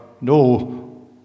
no